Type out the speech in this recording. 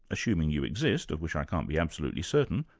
assuming you exist of which i can't be absolutely certain,